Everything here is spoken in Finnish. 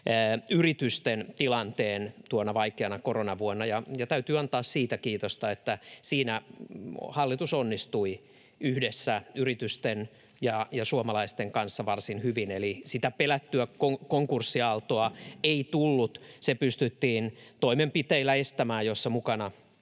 yritysten tilanteen tuona vaikeana koronavuonna. Täytyy antaa kiitosta siitä, että siinä hallitus onnistui yhdessä yritysten ja suomalaisten kanssa varsin hyvin, eli sitä pelättyä konkurssiaaltoa ei tullut. Se pystyttiin estämään toimenpiteillä, joissa mukana